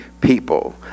people